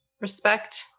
respect